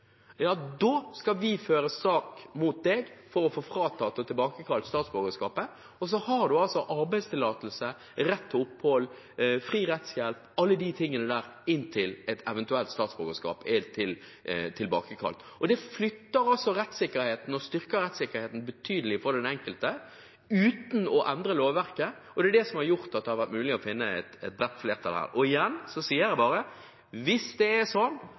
skal føre sak mot en for å frata eller tilbakekalle statsborgerskapet, da har en altså arbeidstillatelse, rett til opphold og fri rettshjelp, alle disse tingene, inntil statsborgerskapet eventuelt er tilbakekalt. Det styrker rettssikkerheten betydelig for den enkelte, uten at lovverket blir endret. Dette har gjort at det har vært mulig å finne et bredt flertall her. Igjen sier jeg bare at hvis Høyre eller Fremskrittspartiet mente de hadde andre løsninger på hvordan en kunne sikre bedre rettssikkerhet for dem som er